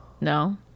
No